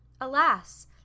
Alas